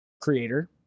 creator